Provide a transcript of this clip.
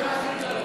להצבעה.